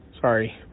sorry